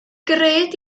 gred